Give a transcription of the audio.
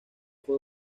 fue